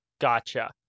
Gotcha